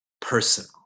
personal